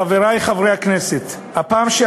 חברי חברי הכנסת, הפעם הקודמת